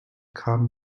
kam